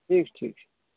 ٹھیٖک چھُ ٹھیٖک چھُ